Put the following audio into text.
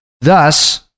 thus